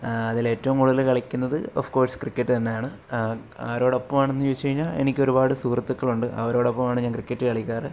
അതിലേറ്റവും കൂടുതൽ കളിക്കുന്നത് ഓഫ് കോഴ്സ് ക്രിക്കറ്റ് തന്നെയാണ് ആരോടൊപ്പമാണെന്ന് ചോദിച്ചുകഴിഞ്ഞാൽ എനിക്കൊരുപാട് സുഹൃത്തുക്കളുണ്ട് അവരോടൊപ്പമാണ് ഞാൻ ക്രിക്കറ്റ് കളിക്കാറ്